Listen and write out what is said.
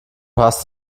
hast